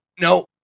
No